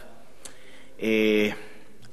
שאתמול היה,